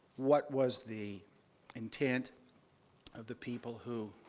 what was the intent of the people who